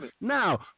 now